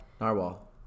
Narwhal